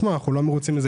אנחנו לא מרוצים מזה,